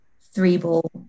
three-ball